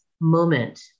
moment